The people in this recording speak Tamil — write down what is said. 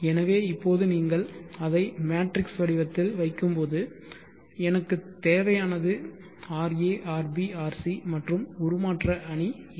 எனவே இப்போது நீங்கள் அதை மேட்ரிக்ஸ் வடிவத்தில் வைக்கும்போது எனக்குத் தேவையானது ra rb rc மற்றும் உருமாற்ற அணி என்ன